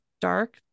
dark